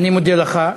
אני מודה לך.